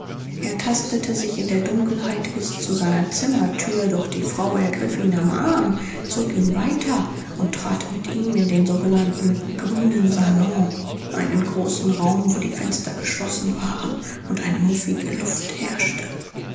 er tastete sich in der dunkelheit bis zu seiner zimmertür doch die frau ergriff ihn am arm zog ihn weiter und trat mit ihm in den sogenannten grünen salon einen großen raum wo die fenster geschlossen waren und eine muffige luft herrschte